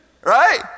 Right